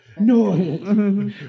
no